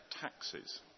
taxes